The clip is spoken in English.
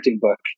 book